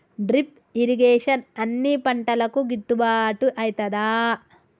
Drip irrigation అన్ని పంటలకు గిట్టుబాటు ఐతదా?